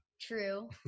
True